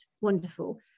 wonderful